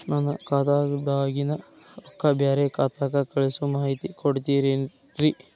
ನನ್ನ ಖಾತಾದಾಗಿನ ರೊಕ್ಕ ಬ್ಯಾರೆ ಖಾತಾಕ್ಕ ಕಳಿಸು ಮಾಹಿತಿ ಕೊಡತೇರಿ?